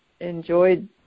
enjoyed